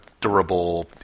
durable